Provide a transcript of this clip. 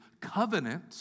covenant